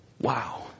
wow